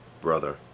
brother